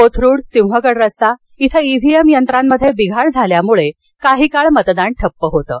कोथरूड सिंहगड रस्ता इथं ईव्हीएम मशीनमध्ये बिघाड झाल्यामुळे काही काळ मतदान ठप्प होतं